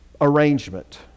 arrangement